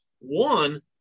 one